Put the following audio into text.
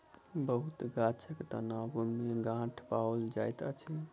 बहुत गाछक तना में गांठ पाओल जाइत अछि